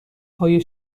های